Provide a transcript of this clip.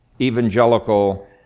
evangelical